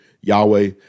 Yahweh